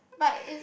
but is